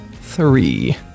three